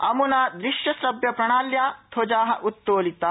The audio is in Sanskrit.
अमुना द्रश्य श्रव्य प्रणाल्या ध्वजा उत्तोलिता